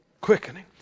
Quickening